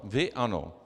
Vy ano.